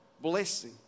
Blessing